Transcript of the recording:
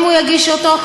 אם הוא יגיש אותו,